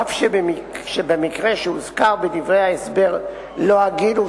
אף שבמקרה שהוזכר בדברי ההסבר לא הגיל הוא